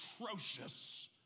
atrocious